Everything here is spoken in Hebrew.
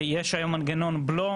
יש היום את מנגנון בלו,